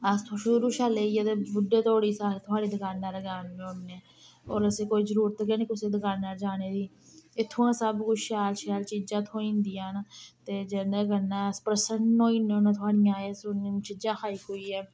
अस शुरू शा लेइयै ते बुड्ढे धोड़ी थोआढ़ी दकानै'र गै औन्ने होन्ने होर असें कोई जरूरत गै नी कुसै दकानै र जाने दी इत्थुंआं सब कुछ शैल शैल चीजां थ्होई जंदियां न ते जेह्दे कन्नै अस प्रसन्न होई जन्ने होन्ने थोआढ़ियां एह सौह्नी सौह्नी चीजां खाई खुइयै